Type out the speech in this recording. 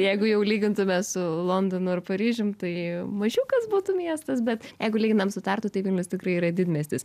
jeigu jau lygintume su londonu ar paryžium tai mažiukas būtų miestas bet jeigu lyginam su tartu tai vilnius tikrai yra didmiestis